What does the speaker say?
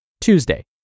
Tuesday